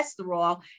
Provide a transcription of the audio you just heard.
cholesterol